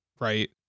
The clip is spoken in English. right